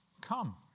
Come